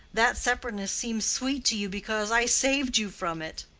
that separateness seems sweet to you because i saved you from it.